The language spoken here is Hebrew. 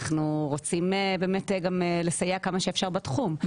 אנחנו רוצים באמת גם לסייע כמה שאפשר בתחום.